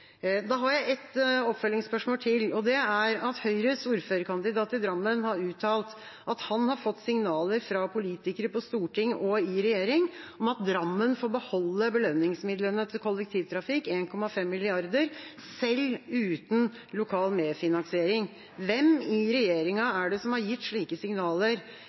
Da har jeg et oppfølgingsspørsmål til. Høyres ordførerkandidat i Drammen har uttalt at han har fått signaler fra politikere på Stortinget og i regjering om at Drammen får beholde belønningsmidlene til kollektivtrafikk, på 1,5 mrd. kr, selv uten lokal medfinansiering. Hvem i regjeringa er det som har gitt slike signaler